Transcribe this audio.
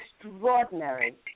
extraordinary